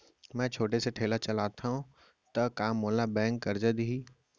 मैं छोटे से ठेला चलाथव त का मोला बैंक करजा दिही?